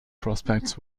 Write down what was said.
prospects